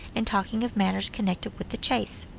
and talking of matters connected with the chase.